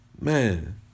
man